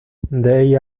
they